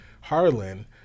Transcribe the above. Harlan